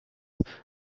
and